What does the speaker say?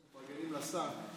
אחרי שמפרגנים לשר: